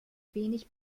wenig